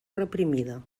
reprimida